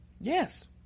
Yes